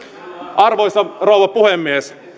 arvoisa rouva puhemies